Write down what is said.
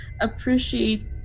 appreciate